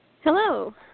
Hello